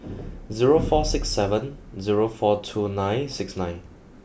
zero four six seven zero four two nine six nine